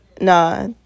nah